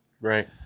right